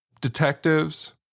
detectives